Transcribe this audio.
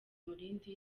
umurindi